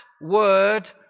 word